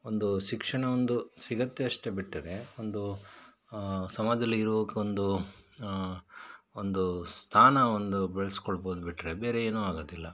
ಒಂದು ಶಿಕ್ಷಣ ಒಂದು ಸಿಗುತ್ತೆ ಅಷ್ಟೆ ಬಿಟ್ಟರೆ ಒಂದು ಸಮಾಜದಲ್ಲಿ ಇರೋಕ್ಕೆ ಒಂದು ಒಂದು ಸ್ಥಾನ ಒಂದು ಬೆಳ್ಸ್ಕೊಳ್ಬೌದು ಬಿಟ್ಟರೆ ಬೇರೆ ಏನು ಆಗೋದಿಲ್ಲ